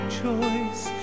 choice